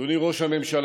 אדוני ראש הממשלה,